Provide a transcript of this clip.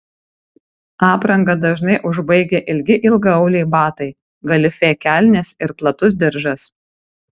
aprangą dažnai užbaigia ilgi ilgaauliai batai galifė kelnės ir platus diržas